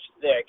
thick